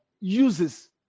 uses